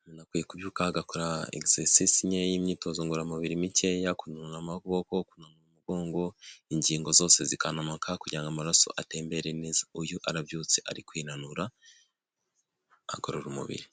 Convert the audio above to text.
umuntu akwiye kubyuka agakora exercise nkeya, imyitozo ngororamubiri mikeya, kunanura amoboko, kunanura umugongo, ingingo zose zikananuka kugira ngo amaraso atembere neza. Uyu arabyutse ari kwinanura agorora umubiri.